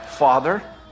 father